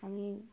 আমি